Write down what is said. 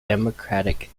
democratic